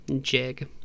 jig